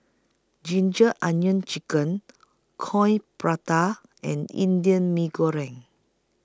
Ginger Onions Chicken Coin Prata and Indian Mee Goreng